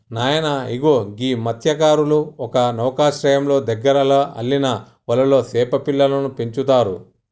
నాయన ఇగో గీ మస్త్యకారులు ఒక నౌకశ్రయంలో దగ్గరలో అల్లిన వలలో సేప పిల్లలను పెంచుతారు